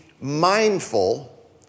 mindful